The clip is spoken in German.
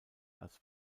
als